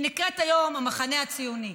היא נקראת היום המחנה הציוני.